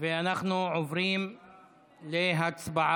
ואנחנו עוברים להצבעה.